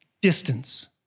Distance